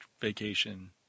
vacation